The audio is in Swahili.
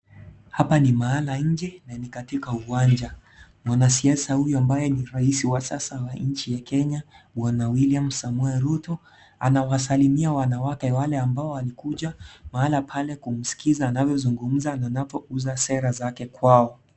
Hapa ni mahali nje na ni katika uwanja mwanaume huyu ambaye ni raisi wa sasa wa nchi ya Kenya bwana William Samoei Rut anawasalimia wanwake wale ambao waliokuja mahali pake na kumsikiza anavyouza sera zake kwao.